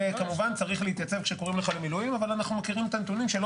וכמובן צריך להתייצב כשקוראים לך למילואים,